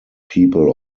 people